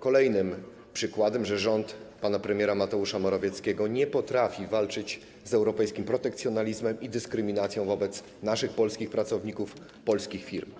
kolejnym przykładem, że rząd pana premiera Mateusza Morawieckiego nie potrafi walczyć z europejskim protekcjonalizmem i dyskryminacją naszych pracowników, polskich firm.